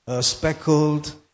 speckled